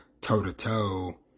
toe-to-toe